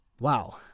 Wow